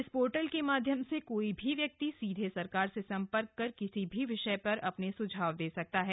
इस पोर्टल के माध्यम से कोई भी व्यक्ति सीधे सरकार से सम्पर्क कर किसी भी विषय में अपने सुझाव दे सकता है